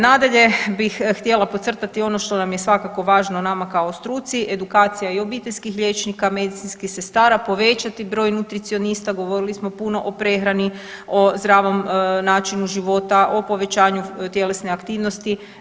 Nadalje bih htjela podcrtati ono što nam je svakako važno nama kao struci, edukacija i obiteljskih liječnika, medicinskih sestara, povećati broj nutricionista, govorili smo puno o prehrani, o zdravom načinu života, o povećanju tjelesne aktivnosti.